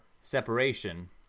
separation